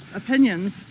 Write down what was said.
opinions